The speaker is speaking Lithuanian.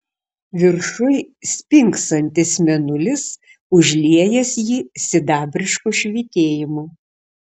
viršuj spingsantis mėnulis užliejęs jį sidabrišku švytėjimu